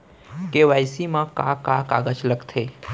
KYC मा का का कागज लगथे?